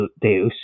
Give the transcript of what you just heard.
Deus